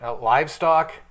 livestock